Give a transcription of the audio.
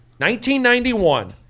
1991